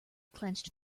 clenched